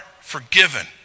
forgiven